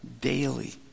Daily